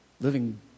living